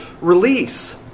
release